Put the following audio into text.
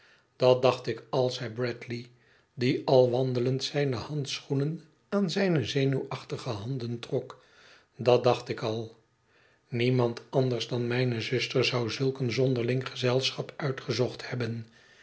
dat dacht ik al zei bradley die al wandelend zijne handschoenen aan zijne zenuwachtige handen trok i dat dacht ik al niemand anders dan mijne zuster zou zulk een zonderling gezelschap uitgezocht hebben